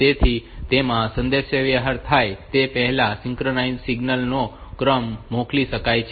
તેથી તેમાં સંદેશાવ્યવહાર થાય તે પહેલાં સિંક્રનાઇઝિંગ સિગ્નલ નો ક્રમ મોકલી શકાય છે